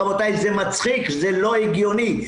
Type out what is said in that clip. רבותי, זה מצחיק, זה לא הגיוני.